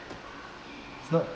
it's not